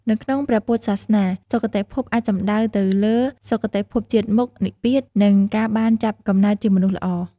នៅក្នុងព្រះពុទ្ធសាសនា សុគតិភពអាចសំដៅទៅលើ៖ សុគតិភពជាតិមុខ និព្វាន និងការបានចាប់កំណើតជាមនុស្សល្អ ។